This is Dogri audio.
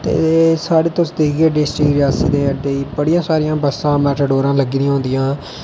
ते साढ़ी तुस दिखगे डिस्ट्रिक्ट रियासी दे अड्डे बडियां सारियां बस्सां मेटाडोरां लग्गी दियां होंदियां